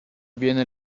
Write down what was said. avviene